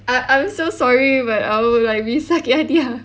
I I'm so sorry but I would like be sakit hati ah